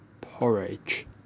porridge